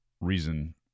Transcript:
reason